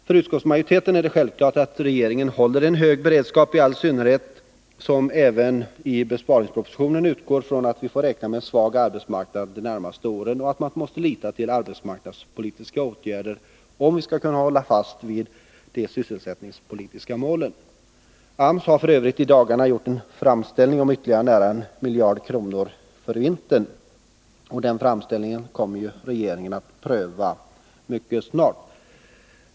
För utskottsmajoriteten är det självklart att regeringen håller en hög beredskap, i all synnerhet som man även i besparingspropositionen utgår från att vi får räkna med en svag arbetsmarknad under de närmaste åren och att vi måste lita till arbetsmarknadspolitiska åtgärder om vi skall kunna hålla fast vid de sysselsättningspolitiska målen. AMS har f. ö. gjort en framställning om ytterligare nära 1 miljard kronor för vintern, och den framställningen kommer regeringen att pröva mycket snart.